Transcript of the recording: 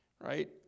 right